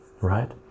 right